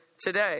Today